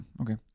okay